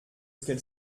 qu’elle